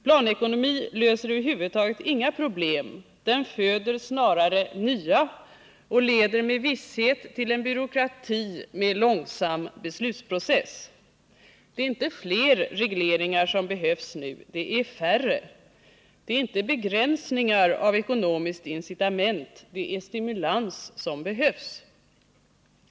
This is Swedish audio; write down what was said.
Planekonomin löser över huvud taget inga problem, den föder snarare nya och leder med visshet till en byråkrati med långsam beslutsprocess. Det är inte fler regleringar som behövs nu — det är färre! Det är inte begränsningar av ekonomiska incitament, utan det är stimulans som behövs.